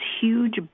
huge